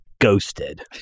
ghosted